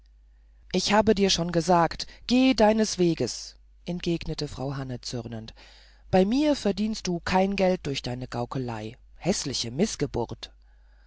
ich habe dir schon gesagt gehe deines weges entgegnete frau hanne zürnend bei mir verdienst du kein geld durch deine gaukeleien häßliche mißgeburt